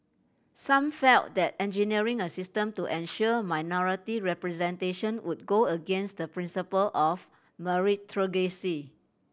some felt that engineering a system to ensure minority representation would go against the principle of meritocracy